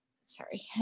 sorry